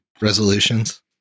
resolutions